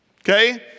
Okay